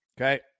okay